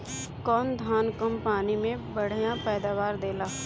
कौन धान कम पानी में बढ़या पैदावार देला?